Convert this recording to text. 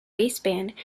baseband